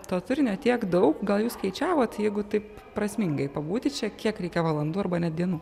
to turinio tiek daug gal jūs skaičiavot jeigu taip prasmingai pabūti čia kiek reikia valandų arba net dienų